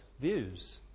views